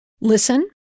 listen